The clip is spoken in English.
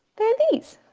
they're these.